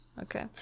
Okay